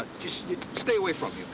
just stay away from